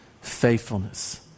faithfulness